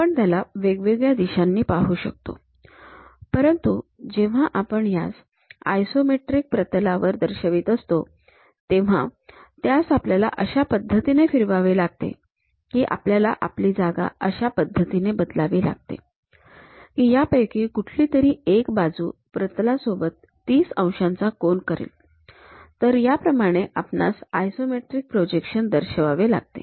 आपण त्याला वेगवेगळ्या दिशांनी पाहू शकतो परंतु जेव्हा आपण यास आयसोमेट्रिक प्रतलावर दर्शवित असतो तेव्हा त्यास आपल्याला अशा पद्धतीने फिरवावे लागते किंवा आपल्याला आपली जागा अशा पद्धतीने बदलावी लागते की यापैकी कुठली तरी एक बाजू प्रतलासोबत ३० अंशाचा कोन करेल तर याप्रमाणे आपणास आयसोमेट्रिक प्रोजेक्शन दर्शवावे लागते